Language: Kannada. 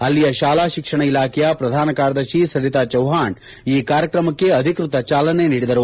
ಅಲ್ಲಿಯ ಶಾಲಾ ಶಿಕ್ಷಣ ಇಲಾಖೆಯ ಪ್ರಧಾನ ಕಾರ್ಯದರ್ಶಿ ಸರಿತಾ ಚೌಹಾಣ್ ಈ ಕಾರ್ಯಕ್ರಮಕ್ಕೆ ಅಧಿಕ್ಪತ ಚಾಲನೆ ನೀಡಿದರು